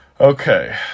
Okay